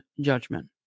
judgment